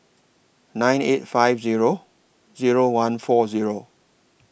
nine eight five Zero Zero one four Zero